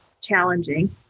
challenging